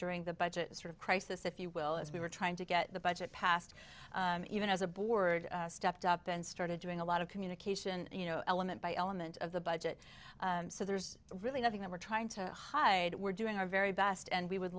during the budget sort of crisis if you will as we were trying to get the budget passed even as a board stepped up and started doing a lot of communication you know element by element of the budget so there's really nothing that we're trying to hide we're doing our very best and we would